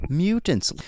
mutants